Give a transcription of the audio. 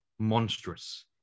monstrous